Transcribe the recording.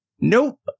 Nope